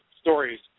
stories